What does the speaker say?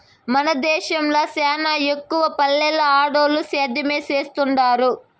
మన దేశంల సానా ఎక్కవగా పల్లెల్ల ఆడోల్లు సేద్యమే సేత్తండారు